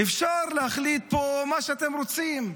אפשר להחליט פה מה שאתם רוצים.